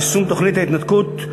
יישום תוכנית ההתנתקות,